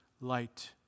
light